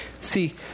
See